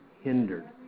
hindered